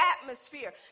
atmosphere